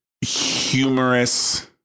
Humorous